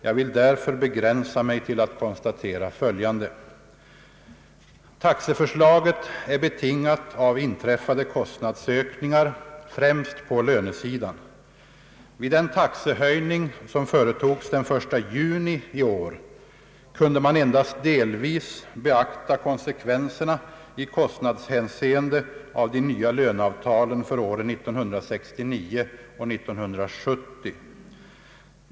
Jag vill därför begränsa mig till att konstatera följande. Taxeförslaget är betingat av inträffade kostnadsökningar, främst på lönesidan. Vid den taxehöjning som företogs den 1 juni i år kunde man endast delvis beakta konsekvenserna i kostnadshänseende av de nya löneavtalen för åren 1969 och 1970.